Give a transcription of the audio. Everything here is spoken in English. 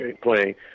playing